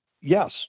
yes